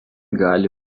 gali